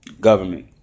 government